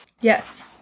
Yes